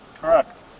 Correct